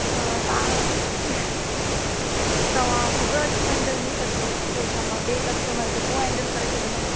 त तव्हां तव्हां सुबूह जो अची वञिजो इएं कजो ॿियो छा मां ॿिए कस्टमर खे पोइ हेंडिल करे छॾंदमि